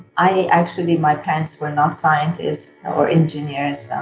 i actually. my parents were not scientists, or engineers. and